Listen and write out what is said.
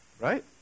Right